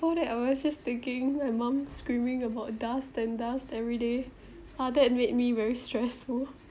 before that I was just thinking my mum screaming about dust and dust everyday uh that made me very stressful